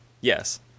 Yes